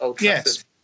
Yes